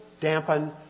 dampen